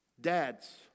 Dads